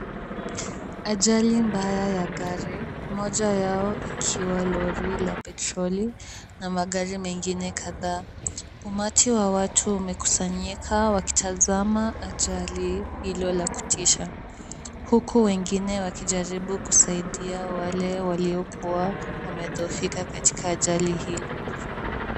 Ajali mbaya ya gari, moja yao ikiwa lori la petroli na magari mengine kadhaa. Umati wa watu umekusanyika wakitazama ajali hiyo ya kutisha, huku wengine wakijaribu kusaidia wale waliokuwa, wamedhoofika katika ajali hiyo.